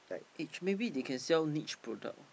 edge maybe they can sell niche product orh